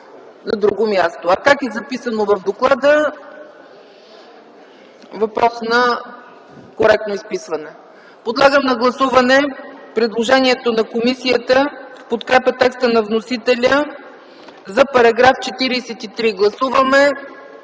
А как е записано в доклада, е въпрос на коректно изписване. Подлагам на гласуване предложението на комисията в подкрепа текста на вносителя за § 43. Гласували